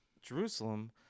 jerusalem